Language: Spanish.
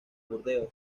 burdeos